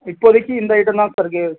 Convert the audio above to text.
இப்போதிக்கு இந்த ஐட்டம் தான் சார் இருக்கு